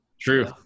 True